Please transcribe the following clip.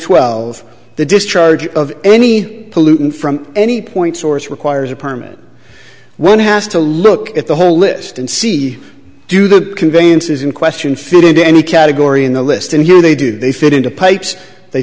twelve the discharge of any pollutant from any point source requires a permit one has to look at the whole list and see do the conveyances in question fit into any category in the list and here they do they fit into pipes they